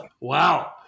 Wow